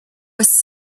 was